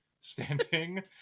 standing